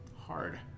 hard